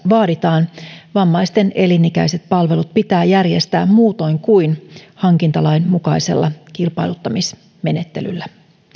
vaaditaan vammaisten elinikäiset palvelut pitää järjestää muutoin kuin hankintalain mukaisella kilpailuttamismenettelyllä